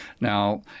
Now